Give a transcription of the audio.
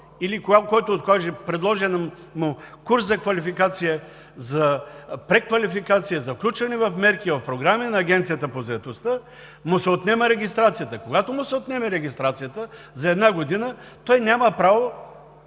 или който откаже предложен му курс за квалификация, за преквалификация, за включване в мерки, в програми на Агенцията по заетостта, му се отнема регистрацията. Когато му се отнеме регистрацията, за една година – при